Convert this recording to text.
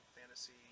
fantasy